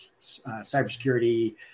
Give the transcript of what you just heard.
cybersecurity